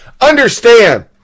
Understand